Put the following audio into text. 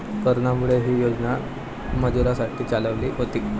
कोरोनामुळे, ही योजना मजुरांसाठी चालवली होती